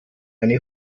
eine